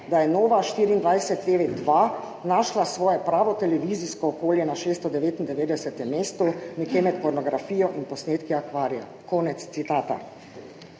»je Nova24TV 2 našla svoje pravo televizijsko okolje na 699. mestu, nekje med pornografijo in posnetki akvarija«. Konec citata.